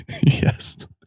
Yes